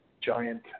Giant